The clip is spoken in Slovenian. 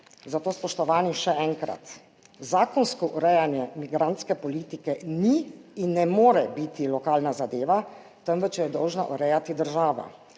Zato, spoštovani, še enkrat, zakonsko urejanje migrantske politike ni in ne more biti lokalna zadeva, temveč jo je dolžna urejati država,